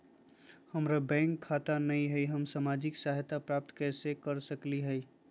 हमार बैंक खाता नई हई, हम सामाजिक सहायता प्राप्त कैसे के सकली हई?